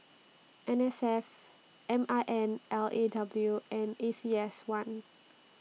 N S F M I N L A W and A C S one